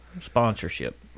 sponsorship